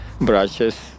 brushes